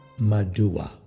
Madua